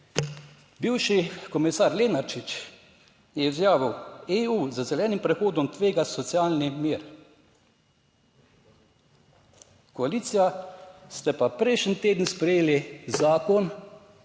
Bivši komisar Lenarčič je izjavil: EU z zelenim prehodom tvega socialni mir. Koalicija ste pa prejšnji teden sprejeli zakon